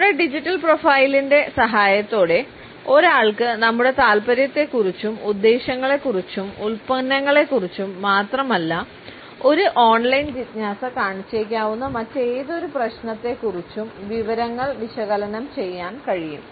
നമ്മുടെ ഡിജിറ്റൽ പ്രൊഫൈലിന്റെ സഹായത്തോടെ ഒരാൾക്ക് നമ്മുടെ താൽപ്പര്യത്തെക്കുറിച്ചും ഉദ്ദേശ്യങ്ങളെക്കുറിച്ചും ഉൽപ്പന്നങ്ങളെക്കുറിച്ചും മാത്രമല്ല ഒരു ഓൺലൈൻ ജിജ്ഞാസ കാണിച്ചേക്കാവുന്ന മറ്റേതൊരു പ്രശ്നത്തെക്കുറിച്ചും വിവരങ്ങൾ വിശകലനം ചെയ്യാൻ കഴിയും